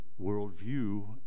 worldview